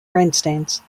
grandstands